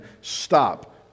stop